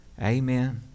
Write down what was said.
Amen